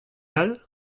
all